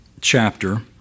chapter